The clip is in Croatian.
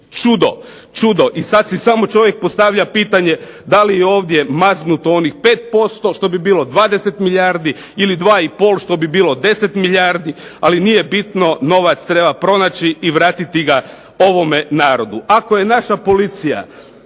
raditi čudo. I sad si samo čovjek postavlja pitanje da li je ovdje maznuto onih 5% što bi bilo 20 milijardi ili 2,5 što bi bilo 10 milijardi. Ali nije bitno, novac treba pronaći i vratiti ga ovome narodu.